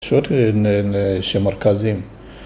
פשוט שמרכזים